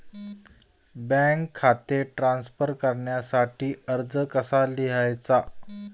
Bank खाते transfer करण्यासाठी अर्ज कसा लिहायचा?